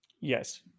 Yes